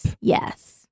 Yes